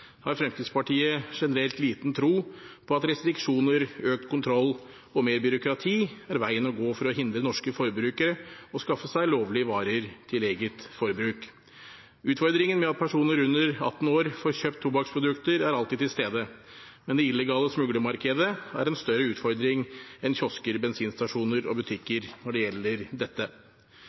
har Fremskrittspartiet generelt liten tro på at restriksjoner, økt kontroll og mer byråkrati er veien å gå for å hindre norske forbrukere i å skaffe seg lovlige varer til eget forbruk. Utfordringen med at personer under 18 år får kjøpt tobakksprodukter, er alltid til stede, men det illegale smuglermarkedet er en større utfordring enn kiosker, bensinstasjoner og butikker når det gjelder dette.